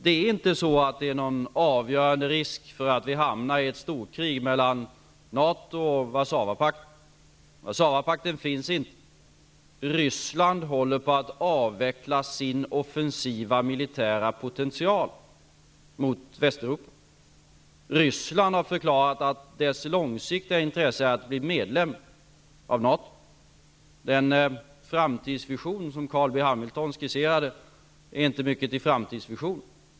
Det finns ingen avgörande risk föra att vi skall hamna i ett storkrig mellan NATO och Warszawapakten. Warszawapakten finns inte. Ryssland håller på att avveckla sin offensiva militära potential mot Västeuropa. Ryssland har förklarat att dess långsiktiga intresse är att bli medlem av NATO. Den framtidsvision som Carl B. Hamilton skisserade är inte mycket till framtidsvision.